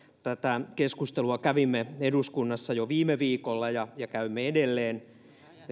tätä keskustelua kävimme eduskunnassa jo viime viikolla ja ja käymme edelleen